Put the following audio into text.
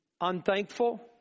unthankful